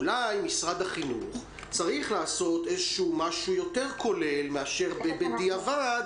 אולי משרד החינוך צריך לעשות דבר יותר כולל מאשר בדיעבד